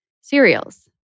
cereals